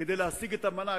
כדי להשיג את המנה,